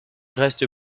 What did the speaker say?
reste